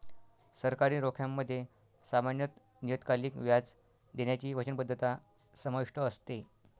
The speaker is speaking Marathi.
सरकारी रोख्यांमध्ये सामान्यत नियतकालिक व्याज देण्याची वचनबद्धता समाविष्ट असते